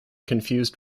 confused